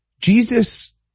Jesus